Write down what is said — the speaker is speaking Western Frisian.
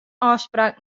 ôfspraak